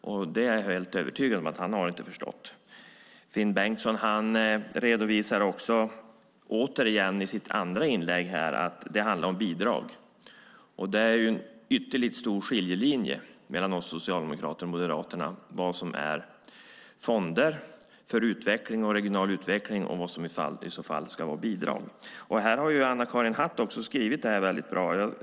Jag är helt övertygad om att han inte har förstått. Finn Bengtsson redovisar också återigen i sitt andra inlägg att det handlar om bidrag. Det går en ytterligt tydlig skiljelinje mellan oss socialdemokrater och Moderaterna när det gäller vad som är fonder för regional utveckling och vad som skulle vara bidrag. Här har Anna-Karin Hatt också skrivit väldigt bra.